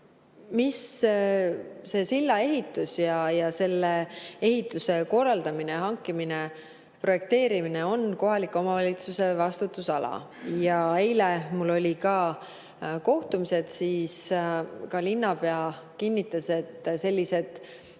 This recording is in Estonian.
See sillaehitus ja selle ehituse korraldamine, hanke tegemine ja projekteerimine on kohaliku omavalitsuse vastutusala. Eile olid mul kohtumised, kus ka linnapea kinnitas, et sellised